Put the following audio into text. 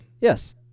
Yes